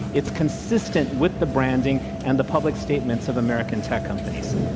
it's consistent with the branding and the public statements of americans tech companies.